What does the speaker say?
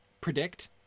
predict